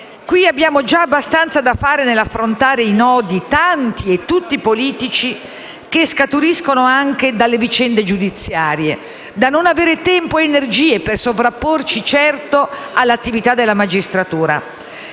Abbiamo già abbastanza da fare nell'affrontare i tanti nodi politici che scaturiscono anche dalle vicende giudiziarie da non avere tempo ed energie per sovrapporci all'attività della magistratura.